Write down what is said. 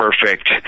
perfect